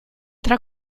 tra